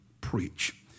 preach